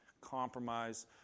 compromise